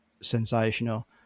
sensational